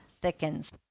Thickens